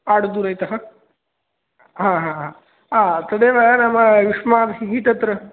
आडुदुरैतः हा हा हा आ तदेव नाम युष्माभिः तत्र